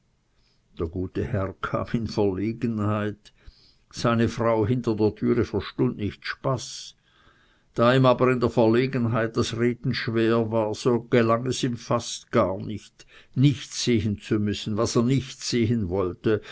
der gute herr kam in verlegenheit seine frau hinter der türe verstund nicht spaß da ihm aber in der verlegenheit das reden schwer war so gelang es ihm fast gar nicht nicht sehen zu müssen was er nicht sehen sollte